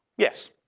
yes,